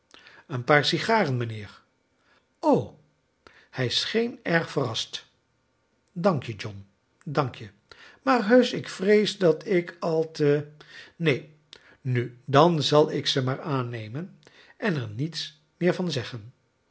een paar sigaren mijnheer oi m hij scheen erg verrast dank je john dankje maar heusch ik vrees dat ik al te neen nu dan zal ik ze maar aannemen en er niets meer van zeggen